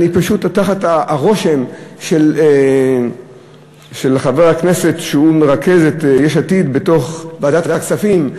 אני פשוט תחת הרושם של חבר הכנסת שמרכז את יש עתיד בוועדת הכספים,